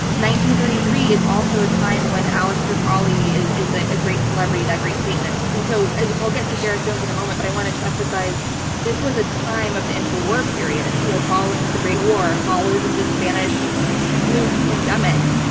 thirty three is also a time when aleister crowley is is a a great celebrity, that great satanist. and so i'll get to gareth jones in a moment, but i want to just emphasize this was a time of the interwar period you know following the great war, following the spanish flu pandemic,